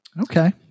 Okay